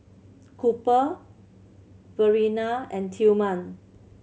Cooper Verena and Tillman